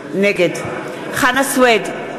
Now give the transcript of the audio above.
נגד חנא סוייד,